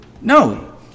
no